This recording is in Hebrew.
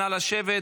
נא לשבת.